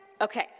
Okay